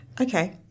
Okay